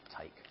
take